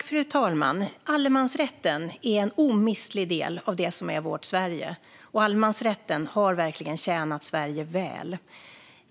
Fru talman! Allemansrätten är en omistlig del av det som är vårt Sverige. Allemansrätten har verkligen tjänat Sverige väl.